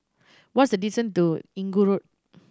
what is the distance to Inggu Road